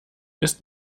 ist